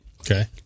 Okay